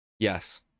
yes